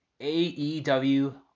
AEW